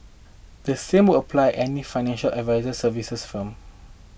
the same will apply any financial advisory services firm